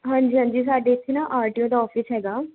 ਹਾਂਜੀ ਹਾਂਜੀ ਸਾਡੇ ਇੱਥੇ ਨਾ ਆਰ ਟੀ ਓ ਦਾ ਆਫਿਸ ਹੈਗਾ